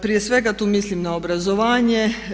Prije svega tu mislim na obrazovanje.